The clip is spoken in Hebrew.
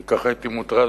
כל כך הייתי מוטרד,